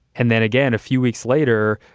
and then again, a few weeks later,